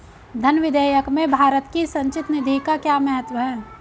धन विधेयक में भारत की संचित निधि का क्या महत्व है?